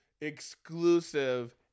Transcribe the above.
exclusive